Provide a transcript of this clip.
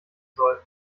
soll